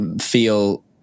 feel